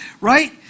right